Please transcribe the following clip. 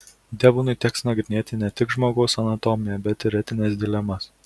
devonui teks nagrinėti ne tik žmogaus anatomiją bet ir etines dilemas